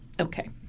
Okay